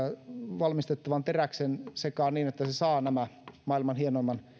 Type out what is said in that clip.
valmistettavan teräksen sekaan niin että se saa nämä maailman hienoimman